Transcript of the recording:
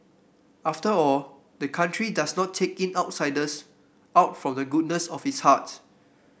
after all the country does not take in outsiders out of the goodness of its heart